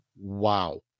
wow